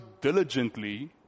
diligently